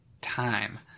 time